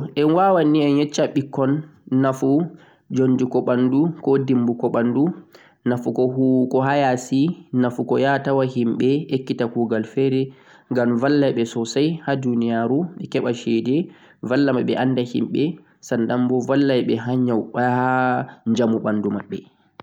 wodi ɓote sosai ɓekkon anda nafu junjugo ɓandu, kugal ha yasi be himɓe ngam vallan sosai ha heɓugo njaudi be njamuu